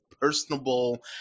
personable